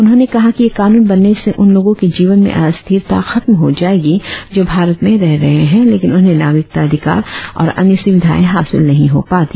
उन्होंने कहा कि यह कानून बनने से उन लोगों के जीवन में अस्थिरता खत्म हो जायेगी जो भारत में रह रहे हैं लेकिन उन्हें नागरिकता अधिकार और अन्य सुविधाएं हासिल नहीं हो पाती